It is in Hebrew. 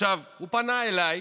הוא פנה אליי.